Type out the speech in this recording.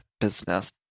business